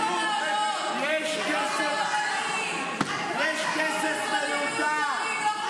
טלי, טלי, יש כסף מיותר.